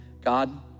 God